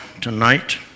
tonight